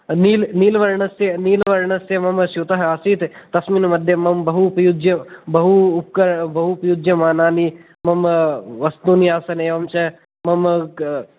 नील् नीलवर्णस्य नीलवर्णस्य मम स्यूतः आसीत् तस्मिन् मध्ये मम बहु उपयुज्य बहु उप्कर बहु उपयुज्यमानानि मम वस्तूनि आसन् एवं च मम